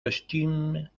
costumes